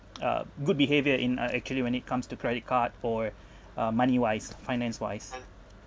uh good behaviour in uh actually when it comes to credit card or uh money wise finance wise